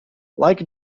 like